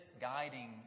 guiding